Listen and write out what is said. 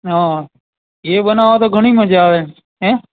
હા એ બનાવો તો ઘણી મજા આવે હે